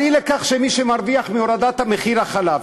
אבל מי שמרוויח מהורדת מחיר החלב,